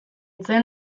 zen